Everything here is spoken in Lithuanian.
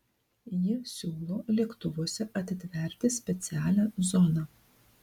ji siūlo lėktuvuose atitverti specialią zoną